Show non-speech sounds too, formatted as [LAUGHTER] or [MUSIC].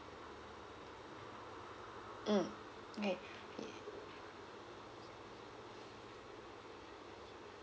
mm okay [BREATH]